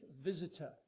visitor